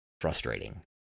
frustrating